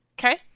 Okay